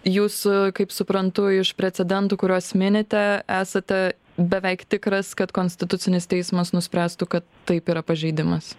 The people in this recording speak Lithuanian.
jūsų kaip suprantu iš precedentų kuriuos minite esate beveik tikras kad konstitucinis teismas nuspręstų kad taip yra pažeidimas